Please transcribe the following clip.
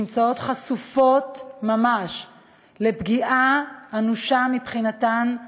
הן חשופות ממש לפגיעה אנושה, מבחינתן,